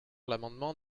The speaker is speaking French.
l’amendement